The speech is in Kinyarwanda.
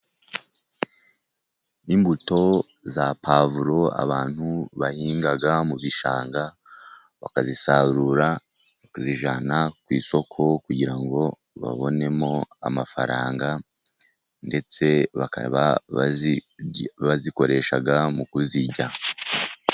Imbuto za pavuro abantu bahinga mu bishanga, bakazisarura bazijyana ku isoko kugira ngo babonemo amafaranga, ndetse bakaba ba bazikoresha mu kuzirya.